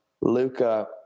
Luca